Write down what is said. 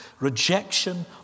Rejection